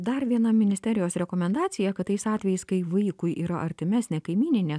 dar viena ministerijos rekomendacija kad tais atvejais kai vaikui yra artimesnė kaimyninės